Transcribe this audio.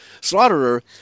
slaughterer